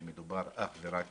שמדובר אך ורק